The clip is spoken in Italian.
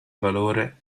valore